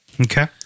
Okay